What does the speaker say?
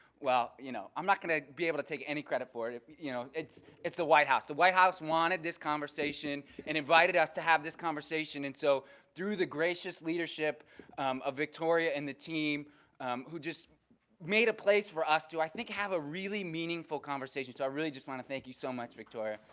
well, you know, i'm not going to be able to take any credit for it, you know, it's it's the white house. the white house wanted this conversation and invited us to have this conversation and so through the gracious leadership of victoria and the team who just made a place for us to i think have a really meaningful conversation, so i really just want to thank you so much, victoria.